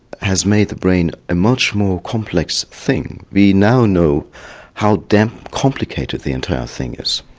has made the brain a much more complex thing. we now know how damn complicated the entire thing is.